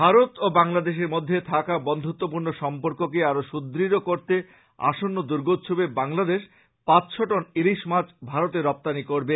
ভারত ও বাংলাদেশের মধ্যে থাকা বন্ধত্বপূর্ন সর্ম্পককে আরো সুদ্ঢ় করতে আসন্ন র্দগোৎসবে বাংলাদেশ পাঁচশ টন ইলিশ মাছ ভারতে রপ্তানী করবে